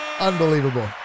unbelievable